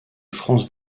france